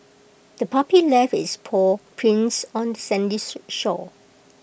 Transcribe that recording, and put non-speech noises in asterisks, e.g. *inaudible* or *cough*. the puppy left its paw prints on the sandy *unintelligible* shore